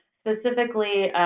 specifically,